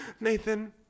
Nathan